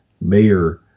mayor